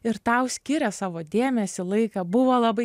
ir tau skiria savo dėmesį laiką buvo labai